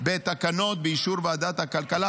בתקנות באישור ועדת הכלכלה,